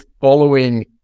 following